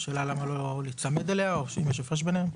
השאלה למה לא להיצמד אליה, או שאם יש הפרש ביניהם?